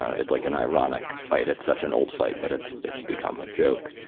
it's like an ironic fight. it's such an old fight that it's it's become a joke.